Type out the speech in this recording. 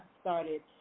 started